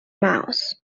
mouse